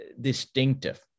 distinctive